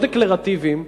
לא דקלרטיביים,